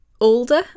older